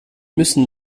müssen